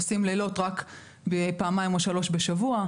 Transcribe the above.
עושים לילות רק פעמיים או שלוש בשבוע.